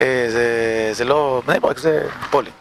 זה לא... בני ברק זה פולין.